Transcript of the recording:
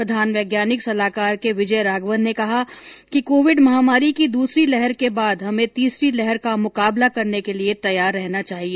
प्रधान वैज्ञानिक सलाहकार के विजय राघवन ने कहा है कि कोविड महामारी की दूसरी लहर के बाद हमे तीसरी लहर का मुकाबला करने के लिए तैयार रहना चाहिए